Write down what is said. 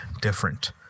different